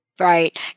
Right